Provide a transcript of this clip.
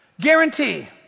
guarantee